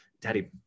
daddy